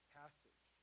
passage